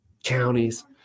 Counties